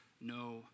no